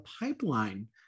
pipeline